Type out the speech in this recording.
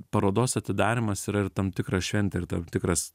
parodos atidarymas yra ir tam tikra šventė ir tam tikras